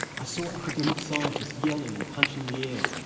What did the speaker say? i saw academic scientists yelling and punching the air.